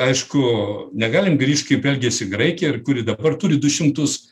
aišku negalim grįžt kaip elgiasi graikija ir kuri dabar turi du šimtus